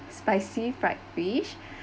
spicy fried fish